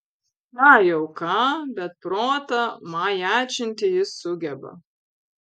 ką jau ką bet protą majačinti jis sugeba